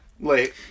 late